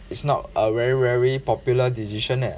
it's not a very very popular decision eh